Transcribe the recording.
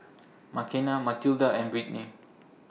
Makena Mathilda and Britni